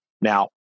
Now